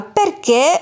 perché